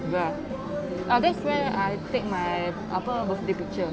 ya ah that's where I take my apa birthday picture